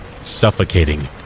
suffocating